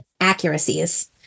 accuracies